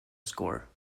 score